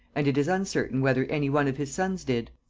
and it is uncertain whether any one of his sons did.